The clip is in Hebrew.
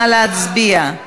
נא להצביע.